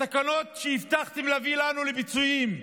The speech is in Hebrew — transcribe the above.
התקנות שהבטחתם להביא לנו לפיצויים,